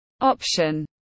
option